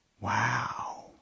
Wow